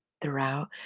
throughout